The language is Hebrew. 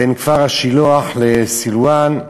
בין כפר-השילוח לסילואן.